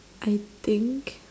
I think